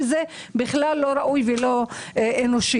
וזה בכלל לא ראוי ולא אנושי.